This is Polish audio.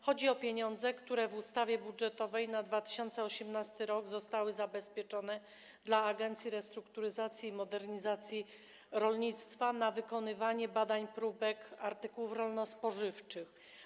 Chodzi o pieniądze, które w ustawie budżetowej na 2018 r. zostały zabezpieczone dla Agencji Restrukturyzacji i Modernizacji Rolnictwa na wykonywanie badań próbek artykułów rolno-spożywczych.